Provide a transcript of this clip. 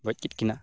ᱜᱚᱡ ᱠᱮᱜ ᱠᱤᱱᱟ